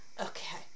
Okay